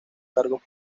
cargos